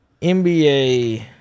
NBA